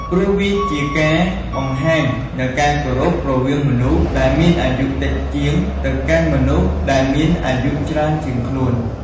ព្រោះវាជាការបង្ហាញនូវការគោរពរវាងមនុស្សដែលមានអាយុតិចជាង ទៅកាន់មនុស្សដែលមានអាយុច្រើនជាងខ្លួន។